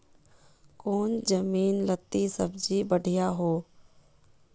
कौन जमीन लत्ती सब्जी बढ़िया हों?